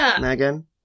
Megan